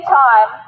time